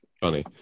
funny